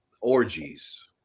Orgies